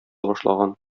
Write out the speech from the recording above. башлаган